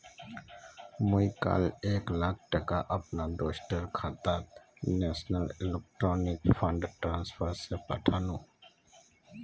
मी काल एक लाख टका अपना दोस्टर खातात नेशनल इलेक्ट्रॉनिक फण्ड ट्रान्सफर से पथानु